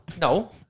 no